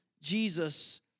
Jesus